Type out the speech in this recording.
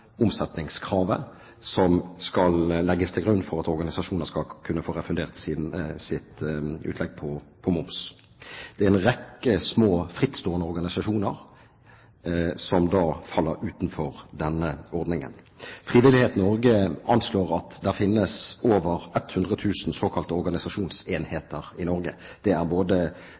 omsetningskravet som skal legges til grunn for at organisasjoner skal kunne få refundert sitt utlegg av moms. Det er en rekke små, frittstående organisasjoner som da faller utenfor denne ordningen. Frivillighet Norge anslår at det finnes over 100 000 såkalte organisasjonsenheter i Norge. Det er både